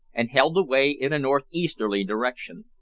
and held away in a north-easterly direction.